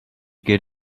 get